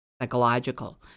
psychological